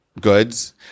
goods